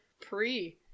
pre